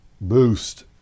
boost